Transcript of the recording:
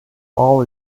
all